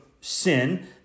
sin